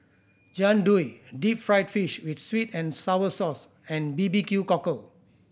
Jian Dui deep fried fish with sweet and sour sauce and B B Q Cockle